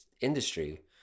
industry